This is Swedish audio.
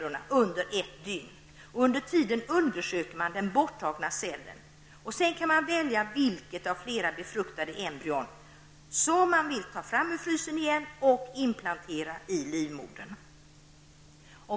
Under den tiden undersöker man den borttagna cellen, och sedan kan man välja vilket av flera befruktade embryon som skall tas fram ur frysen och inplanteras i livmodern.